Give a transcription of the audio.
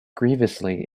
grievously